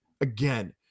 Again